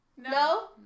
No